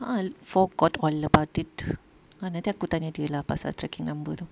a'ah forgot all about it ah nanti aku tanya dia lah pasal tracking number tu